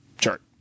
chart